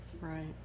right